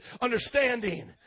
understanding